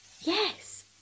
Yes